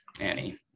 Annie